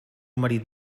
marit